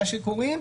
מה שקוראים,